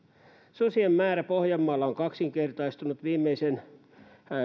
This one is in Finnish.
susien määrä pohjanmaalla on kaksinkertaistunut viimeisen